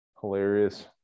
Hilarious